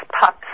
pups